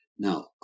Now